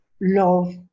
love